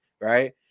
right